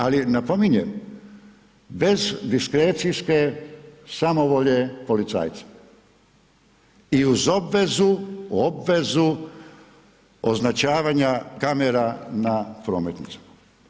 Ali napominjem bez diskrecijske samovolje policajca i uz obvezu označavanja kamera na prometnicama.